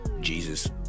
Jesus